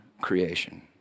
creation